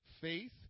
Faith